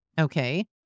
Okay